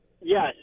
Yes